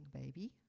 baby